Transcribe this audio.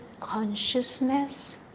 consciousness